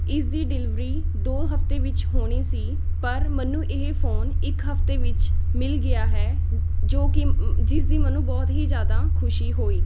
ਇਸਦੀ ਡਿਲਵਰੀ ਦੋ ਹਫ਼ਤੇ ਵਿੱਚ ਹੋਣੀ ਸੀ ਪਰ ਮੈਨੂੰ ਇਹ ਫ਼ੋਨ ਇੱਕ ਹਫ਼ਤੇ ਵਿੱਚ ਮਿਲ ਗਿਆ ਹੈ ਜੋ ਕਿ ਜਿਸ ਦੀ ਮੈਨੂੰ ਬਹੁਤ ਹੀ ਜ਼ਿਆਦਾ ਖੁਸ਼ੀ ਹੋਈ